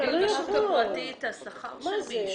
היא לא יכולה להגביל בשוק הפרטי את השכר של מישהו.